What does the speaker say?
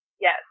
Yes